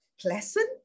pleasant